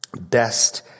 best